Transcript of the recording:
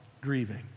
grieving